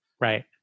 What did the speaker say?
Right